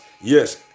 Yes